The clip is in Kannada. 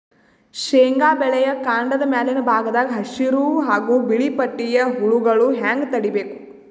ಶೇಂಗಾ ಬೆಳೆಯ ಕಾಂಡದ ಮ್ಯಾಲಿನ ಭಾಗದಾಗ ಹಸಿರು ಹಾಗೂ ಬಿಳಿಪಟ್ಟಿಯ ಹುಳುಗಳು ಹ್ಯಾಂಗ್ ತಡೀಬೇಕು?